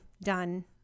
Done